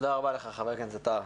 תודה רבה לך, חבר הכנסת טאהא.